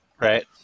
right